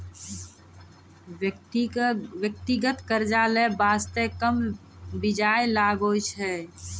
व्यक्तिगत कर्जा लै बासते कम बियाज लागै छै